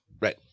Right